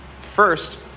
First